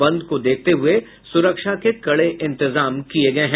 बंद को देखते हुए सुरक्षा के कड़े इंतजाम किये गये हैं